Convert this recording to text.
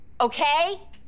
okay